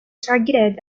targeted